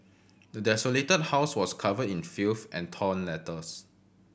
the desolated house was covered in filth and torn letters